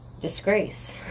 disgrace